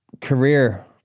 career